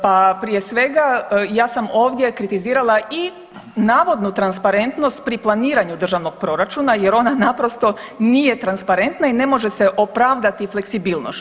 Pa prije svega, ja sam ovdje kritizirala i navodnu transparentnost pri planiranju državnog proračuna jer ona naprosto nije transparentna i ne može se opravdati fleksibilnošću.